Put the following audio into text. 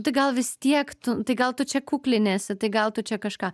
tai gal vis tiek tu tai gal tu čia kukliniesi tai gal tu čia kažką